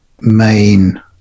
main